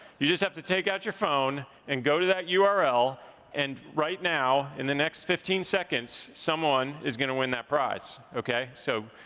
you just have to take out your phone and go to that ah url. and right now, in the next fifteen seconds, someone is gonna win that prize, okay? so,